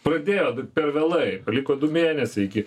pradėjo per vėlai liko du mėnesiai iki